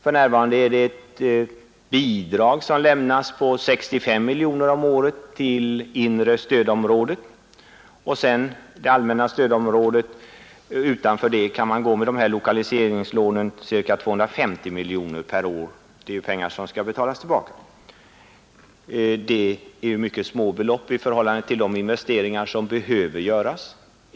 För närvarande lämnas ett bidrag på 65 miljoner kronor om året till inre stödområdet. Till det allmänna stödområdet kan man ge lokaliseringslån på ca 250 miljoner kronor per år. Det är pengar som skall betalas tillbaka. Det är mycket små belopp i förhållande till de investeringar som behöver göras.